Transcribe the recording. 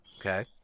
Okay